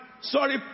Sorry